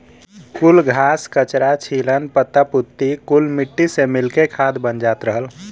कुल घास, कचरा, छीलन, पत्ता पुत्ती कुल मट्टी से मिल के खाद बन जात रहल